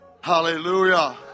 Hallelujah